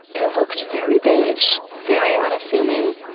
it looks very beige, very unassuming,